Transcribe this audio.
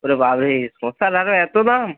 ওটা বার হয়ে শসার আরও এত দাম